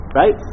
right